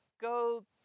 go